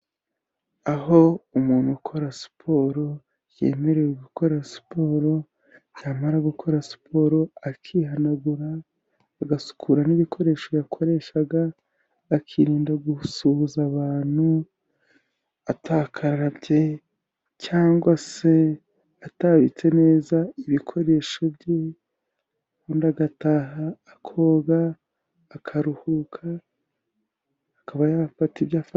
Aho umuntu ukora siporo yemerewe gukora siporo, yamara gukora siporo akihanagura, agasukura n'ibikoresho yakoreshaga akirinda gusuhuza abantu atakarabye cyangwa se atabitse neza ibikoresho bye, ubundi agataha, akoga, akaruhuka, akaba yafata ibyo afa...